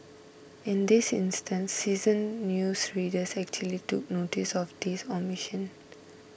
in this instance seasoned news readers actually took noticed of this omission